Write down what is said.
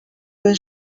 when